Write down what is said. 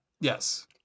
Yes